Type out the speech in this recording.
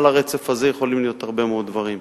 על הרצף הזה יכולים להיות הרבה מאוד דברים.